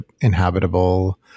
inhabitable